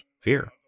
fear